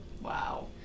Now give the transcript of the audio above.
Wow